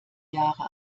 jahre